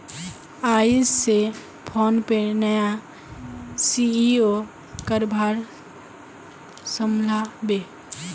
आइज स फोनपेर नया सी.ई.ओ कारभार संभला बे